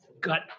gut